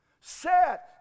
Set